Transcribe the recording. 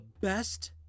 best –